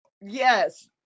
Yes